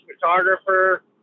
photographer